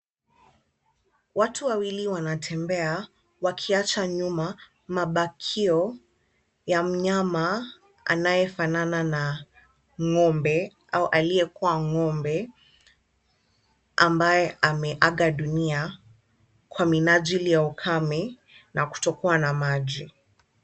Watu wawili wanatembea wakiacha nyuma mabakio ya mnyama anayefanana na ng'ombe au aliyekuwa ng'ombe ambaye ameaga dunia kwa minajili ya ukame na kutokuwa na maji.